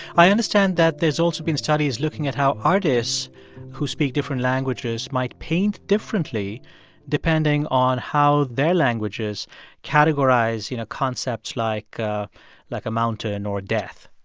i understand that there's also been studies looking at how artists who speak different languages might paint differently depending on how their languages categorize, you know, concepts like ah like a mountain or death